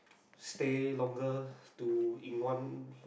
stay longer to in one